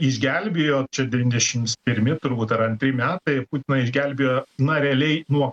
išgelbėjo čia devyndešims pirmi turbūt ar antri metai putiną išgelbėjo na realiai nuo